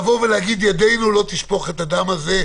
להגיד: ידינו לא תשפוך את הדם הזה,